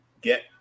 get